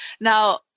Now